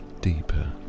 deeper